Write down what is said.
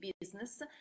business